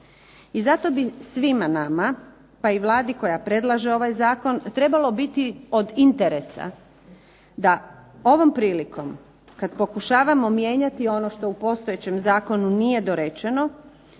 I stoga bi svima nama, pa i Vlada koja predlaže ovaj Zakon trebalo biti od interesa da ovom prilikom kada pokušavamo mijenjati što u postojećem Zakonu nije riješeno,